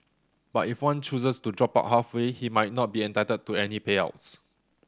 but if one chooses to drop out halfway he might not be entitled to any payouts